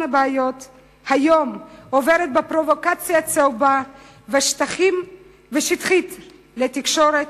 בעיות היום עוברת בפרובוקציה צהובה ושטחית לתקשורת,